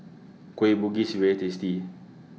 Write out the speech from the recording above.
Kueh Bugis IS very tasty